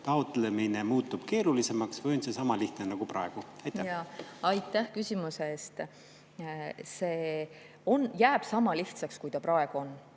taotlemine muutub keerulisemaks või on see niisama lihtne nagu praegu? Aitäh küsimuse eest! See jääb sama lihtsaks, kui ta praegu on.